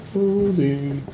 Holding